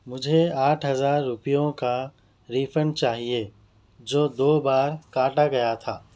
مجھے آٹھ ہزار روپیوں کا ریفنڈ چاہیے جو دو بار کاٹا گیا تھا